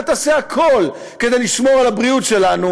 תעשה הכול כדי לשמור על הבריאות שלנו,